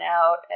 out